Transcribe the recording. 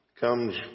comes